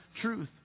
truth